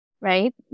right